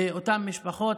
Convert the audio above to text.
לאותן משפחות,